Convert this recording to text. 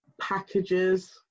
packages